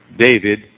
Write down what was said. David